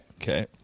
Okay